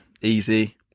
easy